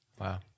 Wow